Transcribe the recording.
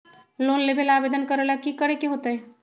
Loan लेबे ला आवेदन करे ला कि करे के होतइ?